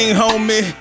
homie